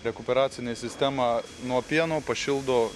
rekuperacinė sistema nuo pieno pašildo